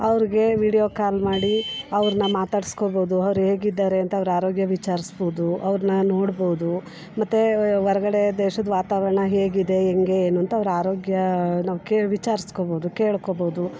ಅವ್ರಿಗೆ video call ಮಾಡಿ ಅವ್ರನ್ನು ಮಾತಾಡಿಸ್ಕೋಬೋದು ಅವ್ರು ಹೇಗಿದ್ದಾರೆ ಅಂತ ಅವ್ರ ಆರೋಗ್ಯ ವಿಚಾರಿಸ್ಬೋದು ಅವ್ರನ್ನು ನೋಡ್ಬೋದು ಮತ್ತು ಹೊರ್ಗಡೆ ದೇಶದ ವಾತಾವರಣ ಹೇಗಿದೆ ಹೆಂಗೆ ಏನು ಅಂತ ಅವ್ರ ಆರೋಗ್ಯ ನಾವು ಕೇಳಿ ವಿಚಾರಿಸ್ಕೋಬೋದು ಕೇಳ್ಕೊಬೋದು